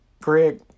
Greg